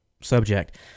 subject